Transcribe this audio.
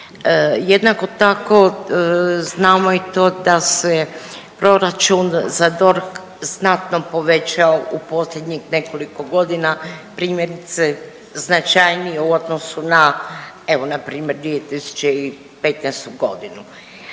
Jednako tako znamo i to da se proračun za DORH znatno povećao u posljednjih nekoliko godina, primjerice značajnije u odnosu na evo npr. 2015.g.